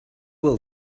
will